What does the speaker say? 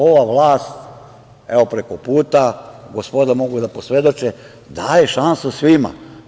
Ova vlast, evo, preko puta, gospoda mogu da posvedoče, daje šansu svima.